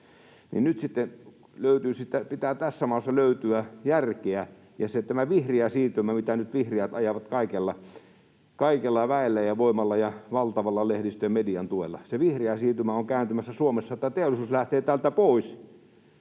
Nyt sitten pitää tässä maassa löytyä järkeä. Ja tämä vihreä siirtymä, mitä nyt vihreät ajavat kaikella väellä ja voimalla ja valtavalla lehdistön ja median tuella, on kääntymässä Suomessa, että teollisuus lähtee täältä pois.